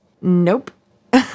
Nope